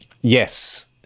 Yes